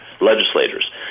Legislators